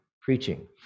preaching